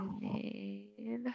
need